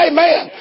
Amen